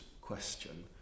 question